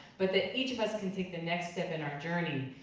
but that each of us can take the next step in our journey,